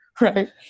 right